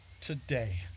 today